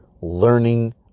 learning